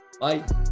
Bye